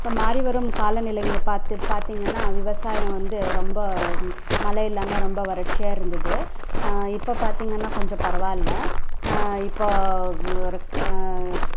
இப்போ மாறி வரும் கால நிலைகள் பார்த்து பார்த்திங்கன்னா விவசாயம் வந்து ரொம்ப மழை இல்லாமல் ரொம்ப வறட்சியாக இருந்தது இப்போ பார்த்திங்கன்னா கொஞ்சம் பரவாயில்ல இப்போ ஒரு